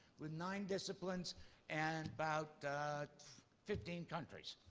with nine disciplines and about fifteen countries.